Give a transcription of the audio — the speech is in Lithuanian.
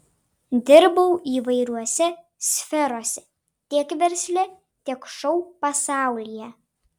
dirbau įvairiose sferose tiek versle tiek šou pasaulyje